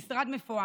משרד מפואר.